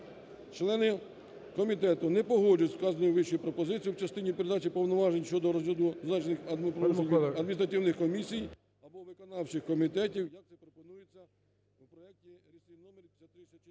Члени комітету не погоджуються з вказано вище пропозицією в частині передачі повноважень щодо розгляду зазначених адміністративних комісій або виконавчих комітетів,